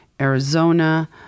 Arizona